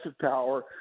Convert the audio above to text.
power